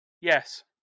Yes